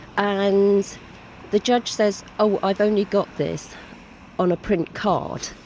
and the judge says oh i've only got this on a print card.